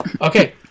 Okay